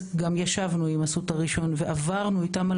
וישבנו עם אסותא ראשון ועברנו איתם על